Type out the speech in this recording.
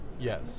yes